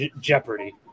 Jeopardy